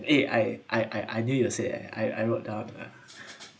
eh I I I knew you will say eh I I wrote down uh